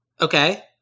Okay